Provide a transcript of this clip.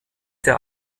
der